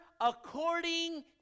according